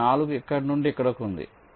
మరియు 4 ఇక్కడ నుండి ఇక్కడ ఉంది